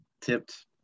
tipped